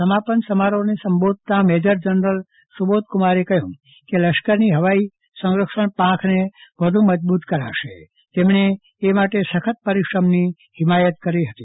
સમાપન સમોરોફને સંબોધતા મેજર જનરલ સુબોધકુમારે કહ્યુ કે લશ્કરની ફવાઈ સંરક્ષણ પાંખને વધુ મજબુત કરાશે તેમણે એ માટે સખત પરિશ્રમની હિમાયત કરી હતી